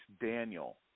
Daniel